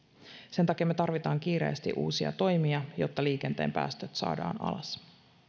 sen takia me tarvitsemme kiireesti uusia toimia jotta liikenteen päästöt saadaan alas